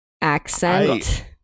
accent